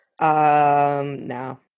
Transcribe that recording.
No